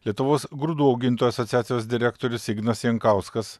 lietuvos grūdų augintojų asociacijos direktorius ignas jankauskas